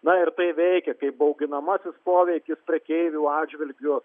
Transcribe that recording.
na ir tai veikia kaip bauginamasis poveikis prekeivių atžvilgiu